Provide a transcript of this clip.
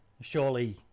surely